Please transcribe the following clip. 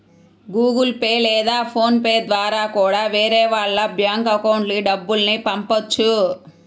Google Pay లేదా PhonePe ద్వారా కూడా వేరే వాళ్ళ బ్యేంకు అకౌంట్లకి డబ్బుల్ని పంపొచ్చు